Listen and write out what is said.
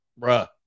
bruh